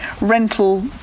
rental